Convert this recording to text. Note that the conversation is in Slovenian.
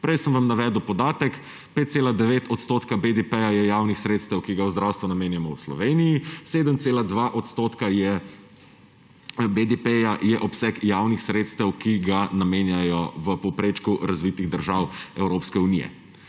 Prej sem vam navedel podatek – 5,9 % BDP je obseg javnih sredstev, ki ga v zdravstvu namenjamo v Sloveniji, 7,2 % BDP je obseg javnih sredstev, ki ga namenjajo v povprečju razvitih držav Evropske unije.